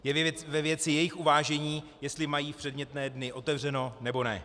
Je ve věci jejich uvážení, jestli mají v předmětné dny otevřeno, nebo ne.